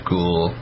Cool